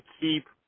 keep